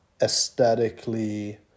aesthetically